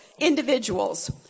individuals